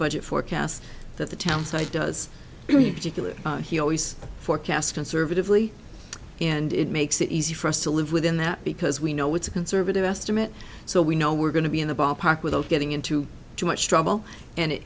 budget forecasts that the townsite does your particular he always forecast conservatively and it makes it easy for us to live within that because we know it's a conservative estimate so we know we're going to be in the ballpark without getting into too much trouble and it